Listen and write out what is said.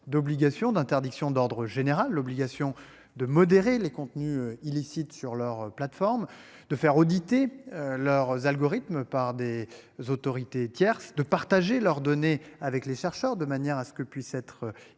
d'obligations d'interdiction d'ordre général. L'obligation de modérer les contenus illicites sur leurs plateformes de faire auditer leurs algorithmes, par des autorités. De partager leurs données avec les chercheurs de manière à ce que puisse être identifié